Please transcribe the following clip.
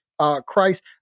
Christ